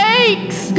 aches